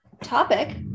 topic